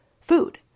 food